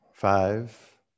Five